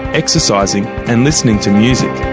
exercising and listening to music.